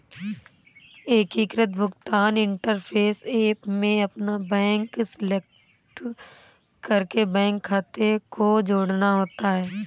एकीकृत भुगतान interface app में अपना बैंक सेलेक्ट करके बैंक खाते को जोड़ना होता है